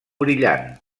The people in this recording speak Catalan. brillant